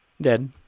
dead